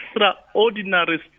extraordinary